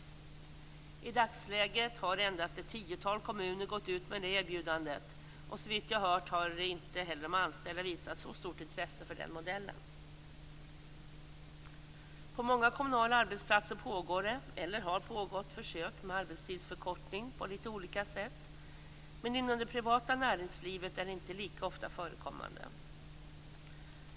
I dagsläget har endast ett tiotal kommuner gått ut med det erbjudandet, och såvitt jag har hört har inte heller de anställda visat så stort intresse för den modellen. På många kommunala arbetsplatser pågår det eller har pågått försök med arbetstidsförkortning på lite olika sätt. Men inom det privata näringslivet är det inte lika ofta förekommande.